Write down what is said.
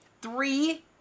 Three